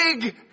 big